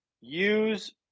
Use